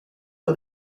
for